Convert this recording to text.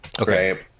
Okay